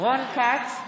רון כץ,